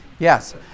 Yes